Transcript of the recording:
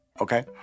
Okay